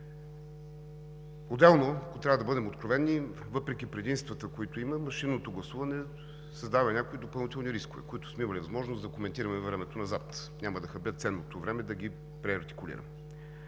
Отделно, ако трябва да бъдем откровени, въпреки предимствата, които има, машинното гласуване създава някои допълнителни рискове, които сме имали възможност да коментираме във времето назад – няма да хабя ценното време да ги преартикулирам.